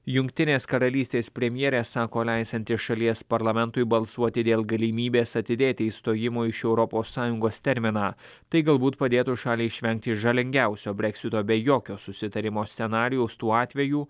jungtinės karalystės premjerė sako leisianti šalies parlamentui balsuoti dėl galimybės atidėti išstojimo iš europos sąjungos terminą tai galbūt padėtų šaliai išvengti žalingiausio breksito be jokio susitarimo scenarijaus tuo atveju